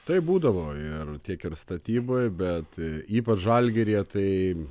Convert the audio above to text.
taip būdavo ir tiek statyboj bet ypač žalgiryje tai